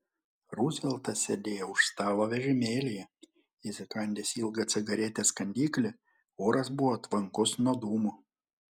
ruzveltas sėdėjo už stalo vežimėlyje įsikandęs ilgą cigaretės kandiklį oras buvo tvankus nuo dūmų